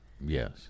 Yes